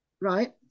right